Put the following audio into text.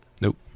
Nope